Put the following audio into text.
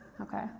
Okay